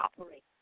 operate